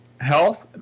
health